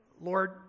Lord